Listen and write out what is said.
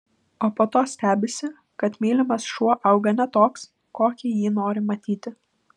o po to stebisi kad mylimas šuo auga ne toks kokį jį nori matyti